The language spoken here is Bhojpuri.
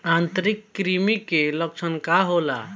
आंतरिक कृमि के लक्षण का होला?